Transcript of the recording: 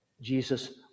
Jesus